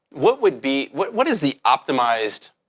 what would be. what what is the optimized.